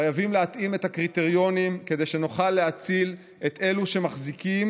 חייבים להתאים את הקריטריונים כדי שנוכל להציל את אלו שמחזיקים